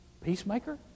Peacemaker